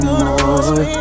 more